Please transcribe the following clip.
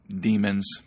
demons